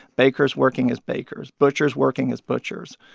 bakers working as bakers. butchers working as butchers.